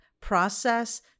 process